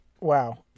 Wow